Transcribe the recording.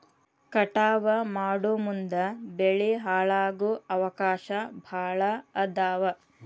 ಕಟಾವ ಮಾಡುಮುಂದ ಬೆಳಿ ಹಾಳಾಗು ಅವಕಾಶಾ ಭಾಳ ಅದಾವ